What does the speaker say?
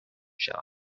شوم